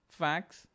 facts